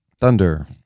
Thunder